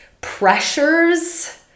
pressures